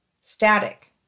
Static